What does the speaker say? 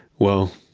well,